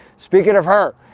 speaking of her,